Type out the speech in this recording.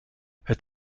het